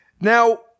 Now